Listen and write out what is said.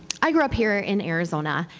i grew up here in arizona,